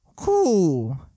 cool